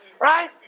Right